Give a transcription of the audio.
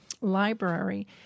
Library